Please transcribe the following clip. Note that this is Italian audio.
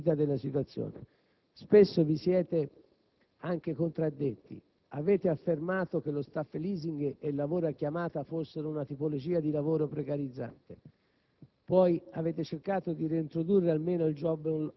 La vostra miopia vi impedisce di fare un'analisi lucida della situazione. Spesso vi siete anche contraddetti: avete affermato che lo *staff leasing* e il lavoro a chiamata fossero una tipologia di lavoro precarizzante;